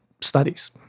studies